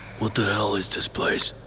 what the hell is this place?